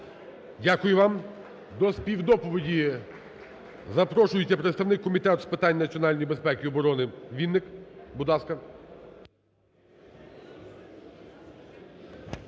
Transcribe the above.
Дякую вам. До співдоповіді запрошується представник Комітету з питань національної безпеки і оборони Вінник, будь ласка.